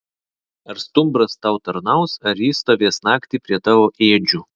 ar stumbras tau tarnaus ar jis stovės naktį prie tavo ėdžių